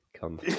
Come